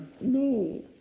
No